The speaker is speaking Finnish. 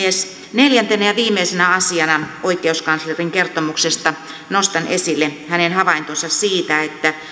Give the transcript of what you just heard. neljäntenä ja viimeisenä asiana oikeuskanslerin kertomuksesta nostan esille hänen havaintonsa siitä että